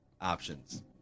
options